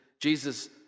Jesus